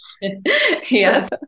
Yes